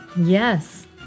Yes